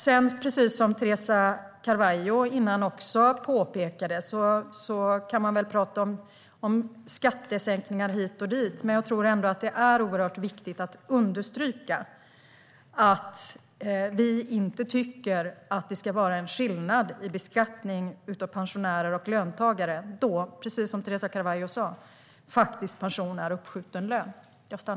Man kan tala om skattesänkningar hit och dit, men det är oerhört viktigt att understryka att vi inte tycker att det ska vara en skillnad i beskattning av pensionärer och löntagare eftersom, precis som Teresa Carvalho sa, pension är uppskjuten lön.